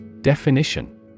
Definition